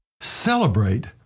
Celebrate